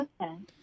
Okay